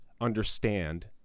understand